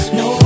no